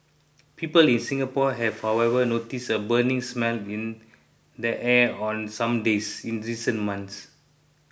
people in Singapore have however noticed a burning smell in the air on some days in recent months